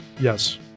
yes